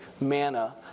manna